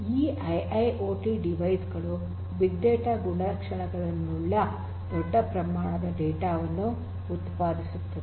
ಈ IIoT device ಗಳು big data ಗುಣಲಕ್ಷಣಗಳನ್ನುಳ್ಳ ದೊಡ್ಡ ಪ್ರಮಾಣದ ಡೇಟಾ ವನ್ನು ಉತ್ಪಾದಿಸುತ್ತವೆ